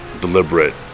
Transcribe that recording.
deliberate